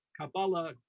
Kabbalah